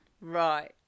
Right